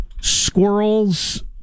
squirrels